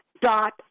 dot